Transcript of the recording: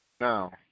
Now